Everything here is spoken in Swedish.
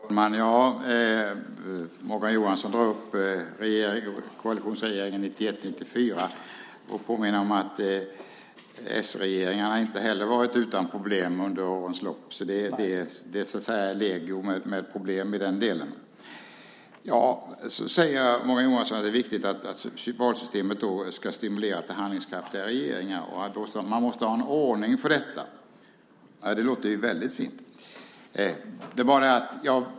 Fru talman! Morgan Johansson drar upp koalitionsregeringen 1991-1994. Jag vill påminna om s-regeringarna inte heller har varit utan problem under årens lopp. Problemen är legio i den delen. Sedan säger Morgan Johansson att det är viktigt att valsystemet stimulerar till handlingskraftiga regeringar, och han påstår att man måste ha en ordning för detta. Det låter väldigt fint.